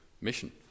mission